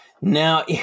Now